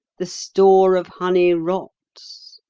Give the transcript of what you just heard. the store of honey rots.